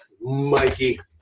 Mikey